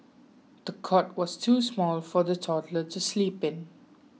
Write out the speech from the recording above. the cot was too small for the toddler to sleep in